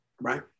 right